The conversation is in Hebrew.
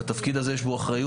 והתפקיד הזה יש בו אחריות.